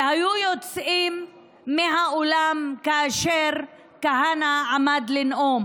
והיו יוצאים מהאולם כאשר כהנא עמד לנאום.